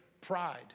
pride